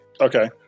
Okay